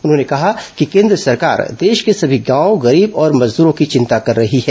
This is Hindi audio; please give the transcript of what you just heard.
उन्होंने कहा कि केन्द्र सरकार देश के सभी गांव गरीब और मजदूरों की चिंता कर रही है